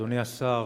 אדוני השר,